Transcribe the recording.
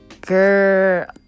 girl